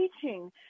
teaching